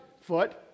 foot